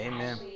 Amen